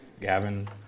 Gavin